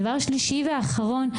והדבר השלישי והאחרון,